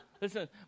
Listen